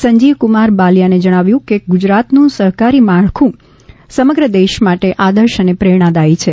સંજીવકુમાર બલિયાને જણાવ્યું કે ગુજરાતનું સહકારી માળખું સમગ્ર દેશ માટે આદર્શ અને પ્રેરણાદાયી છે